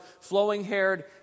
flowing-haired